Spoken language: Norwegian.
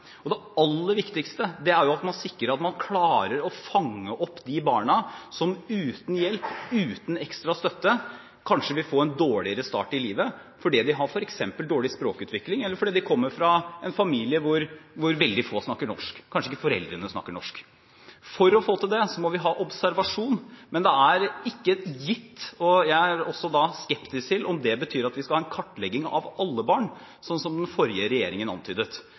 dårligere start i livet fordi de f.eks. har dårlig språkutvikling, eller fordi de kommer fra en familie hvor veldig få snakker norsk; kanskje ikke foreldrene snakker norsk. For å få til det må vi ha observasjon, men det er ikke gitt, og jeg er også skeptisk til det, at det betyr at vi skal ha en kartlegging av alle barn, sånn som den forrige regjeringen antydet.